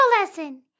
lesson